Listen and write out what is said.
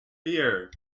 fear